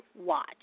watch